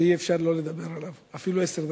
שאי-אפשר שלא לדבר עליו, אפילו עשר דקות.